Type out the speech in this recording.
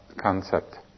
concept